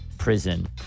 Prison